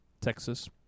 Texas